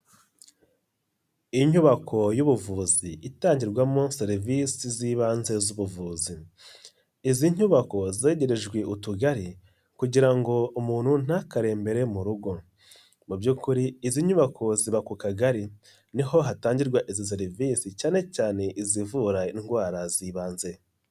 Inyubako y'ubuvuzi itangirwamo serivisi z'ibanze z'ubuvuzi, izi nyubako zegerejwe utugari kugira ngo umuntu ntakarembere mu rugo, mu by'ukuri izi nyubako ziba ku kagari, niho hatangirwa izi serivisi cyane cyane izivura indwara z'ibanze.